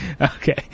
okay